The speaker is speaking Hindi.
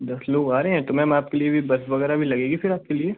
दस लोग आ रहे हैं तो मैम आपके लिए भी बस वग़ैरह भी लगेगी फिर आपके लिए